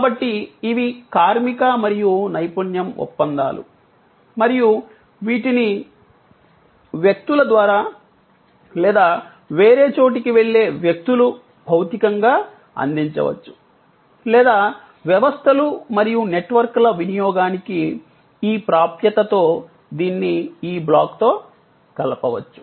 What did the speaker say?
కాబట్టి ఇవి కార్మిక మరియు నైపుణ్యం ఒప్పందాలు మరియు వీటిని వ్యక్తుల ద్వారా లేదా వేరే చోటికి వెళ్ళే వ్యక్తులు భౌతికంగా అందించవచ్చు లేదా వ్యవస్థలు మరియు నెట్వర్క్ల వినియోగానికి ఈ ప్రాప్యతతో దీన్ని ఈ బ్లాక్తో కలపవచ్చు